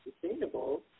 sustainable